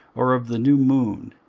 or of the new moon,